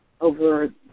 over